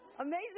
amazing